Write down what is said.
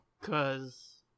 Cause